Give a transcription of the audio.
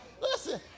Listen